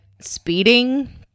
speeding